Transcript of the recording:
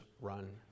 run